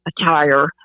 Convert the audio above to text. attire